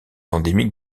endémique